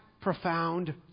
profound